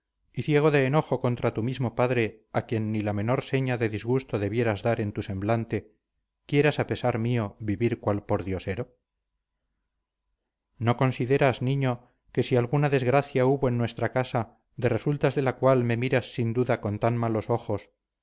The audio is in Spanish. y ciego de enojo contra tu mismo padre a quien ni la menor seña de disgusto debieras dar en tu semblante quieras a pesar mío vivir cual pordiosero no consideras niño que si alguna desgracia hubo en nuestra casa de resultas de la cual me miras sin duda con tan malos ojos